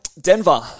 Denver